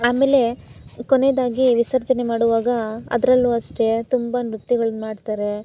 ಆಮೇಲೆ ಕೊನೆಯದಾಗಿ ವಿಸರ್ಜನೆ ಮಾಡುವಾಗ ಅದರಲ್ಲೂ ಅಷ್ಟೇ ತುಂಬ ನೃತ್ಯಗಳ್ನ ಮಾಡ್ತಾರೆ